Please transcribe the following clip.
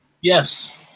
Yes